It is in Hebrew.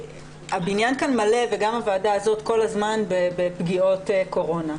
הבניין כאן מלא וגם הוועדה הזאת כל הזמן בפגיעות קורונה,